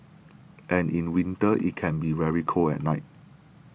and in winter it can be very cold at night